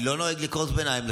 אני לא נוהג לקרוא לשרים,